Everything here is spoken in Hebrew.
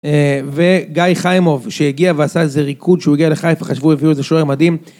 וגיא חיימוב שהגיע ועשה איזה ריקוד שהוא הגיע לחיפה חשבו הביאו איזה שוער מדהים.